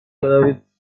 بروید